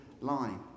line